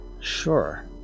sure